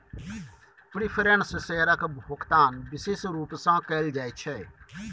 preference शेयरक भोकतान बिशेष रुप सँ कयल जाइत छै